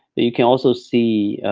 you can also see,